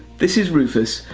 this is rufus.